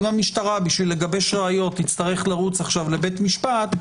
אם המשטרה כדי לגבש ראיות תצטרך לרוץ כעת לבית משפט,